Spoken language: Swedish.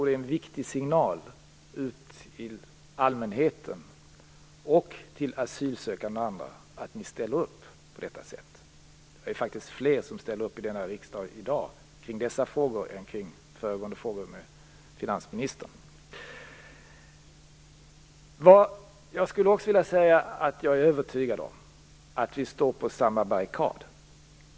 Det är en viktig signal till allmänheten och till asylsökande att ni ställer upp på det detta sätt. Det är faktiskt fler i denna kammare som i dag ställer upp kring denna fråga än när det gällde föregående debatt med finansministern. Jag är övertygad om att vi står på samma barrikad.